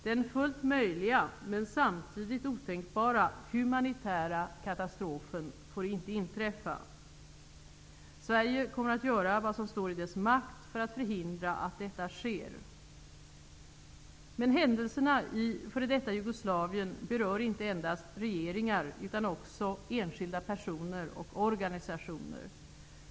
Den fullt möjliga, men samtidigt otänkbara, humanitära katastrofen får inte inträffa. Sverige kommer att göra vad som står i dess makt för att förhindra att detta sker. Men händelserna i f.d. Jugoslavien berör inte endast regeringar utan också enskilda personer och organisationer.